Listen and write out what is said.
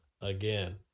again